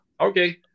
Okay